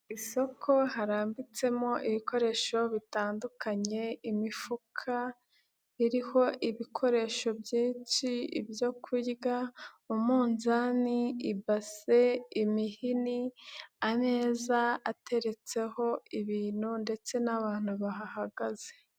Ku isoko harambitsemo ibikoresho bitandukanye, imifuka iriho ibikoresho byinshi byo kurya, umunzani, ibase, imihini, ameza ateretseho ibintu ndetse n'abantu bahagaze.